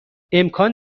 امکان